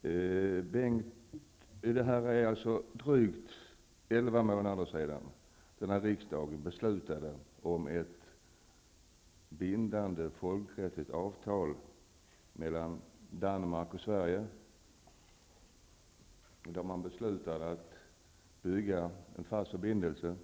Det är drygt 11 månader sedan riksdagen godkände ett bindande folkrättsligt avtal mellan Danmark och Sverige om att en fast förbindelse